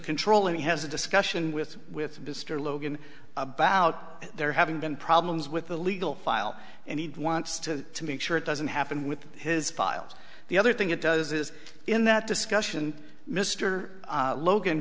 control him he has a discussion with with mr logan about there having been problems with the legal file and he wants to make sure it doesn't happen with his files the other thing it does is in that discussion mr logan